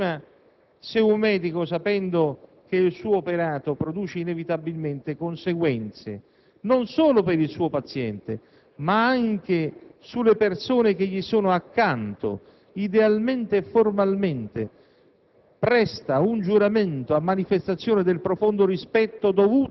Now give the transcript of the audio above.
problema è molto grande. Un medico, sapendo che il suo operato produce inevitabilmente conseguenze non solo per il suo paziente ma anche sulle persone che gli sono accanto, idealmente e formalmente